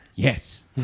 Yes